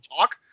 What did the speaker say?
talk